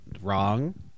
wrong